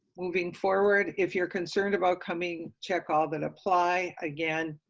moving forward, if you're concerned about coming check all that apply. again,